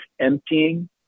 emptying